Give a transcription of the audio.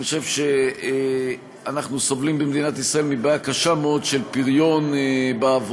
אני חושב שאנחנו סובלים במדינת ישראל מבעיה קשה מאוד של פריון בעבודה.